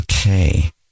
Okay